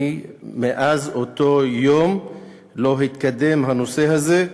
מאז אותו יום לא התקדם הנושא הזה,